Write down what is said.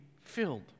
filled